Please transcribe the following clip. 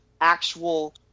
actual